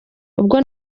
ubwo